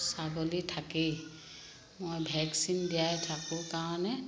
ছাগলী থাকেই মই ভেকচিন দিয়াই থাকোঁ কাৰণে